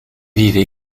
vivent